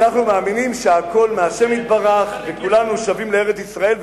ואנחנו מאמינים שהכול מהשם יתברך וכולנו שבים לארץ-ישראל,